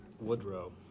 Woodrow